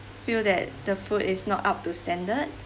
feel that the food is not up to standard